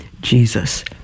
Jesus